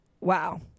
Wow